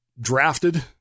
drafted